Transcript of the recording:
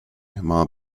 might